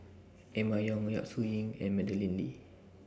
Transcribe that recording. Emma Yong Yap Su Yin and Madeleine Lee